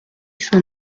saint